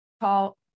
call